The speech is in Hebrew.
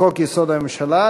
לחוק-יסוד: הממשלה,